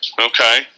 okay